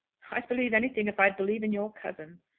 i'd believe anything if i'd believe in your cousin.